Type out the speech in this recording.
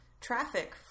traffic